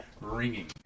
ringing